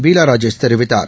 பீலாராஜேஷ் தெரிவித்தார்